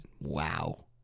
Wow